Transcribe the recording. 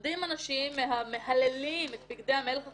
עומדים אנשים, מהללים את בגדי המלך החדשים,